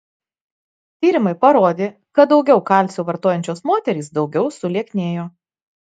tyrimai parodė kad daugiau kalcio vartojančios moterys daugiau sulieknėjo